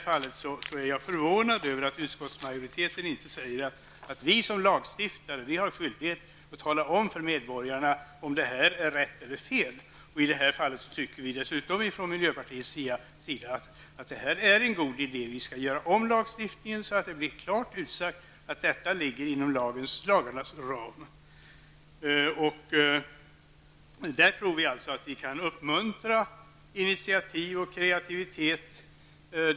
Jag är förvånad över att utskottsmajoriteten inte säger att vi som lagstiftare har skyldighet att tala om för medborgarna om detta är rätt eller fel. I det här fallet tycker vi i miljöpartiet dessutom att det rör sig om en god idé. Vi skall göra om lagstiftningen så att det blir klart utsagt att detta ligger inom lagarnas ram. Vi tror att vi kan uppmuntra initiativ och kreativitet.